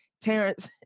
terrence